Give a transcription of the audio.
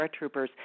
paratroopers